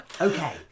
Okay